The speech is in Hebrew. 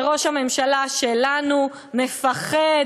וראש הממשלה שלנו מפחד,